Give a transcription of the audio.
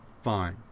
fine